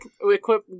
equip